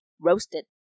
roasted